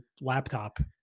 laptop